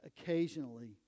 occasionally